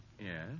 Yes